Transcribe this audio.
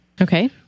Okay